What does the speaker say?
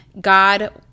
God